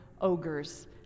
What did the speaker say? Ogres